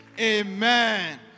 Amen